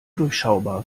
durchschaubar